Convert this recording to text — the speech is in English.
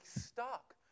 stuck